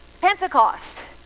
Pentecost